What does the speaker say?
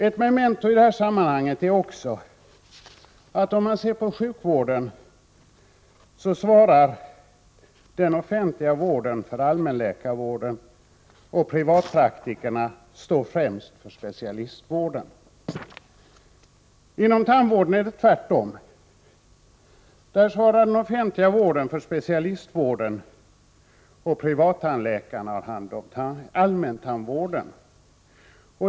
Ett memento i sammanhanget är också att när det gäller sjukvården svarar den offentliga vården för allmänläkarvården, medan privatpraktikerna främst står för specialistvården. Inom tandvården är det tvärtom. Där svarar den offentliga vården för specialistvården, medan privattandläkarna har hand om allmäntandvården.